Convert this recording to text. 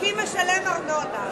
אקי"ם משלם ארנונה.